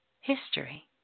history